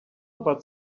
about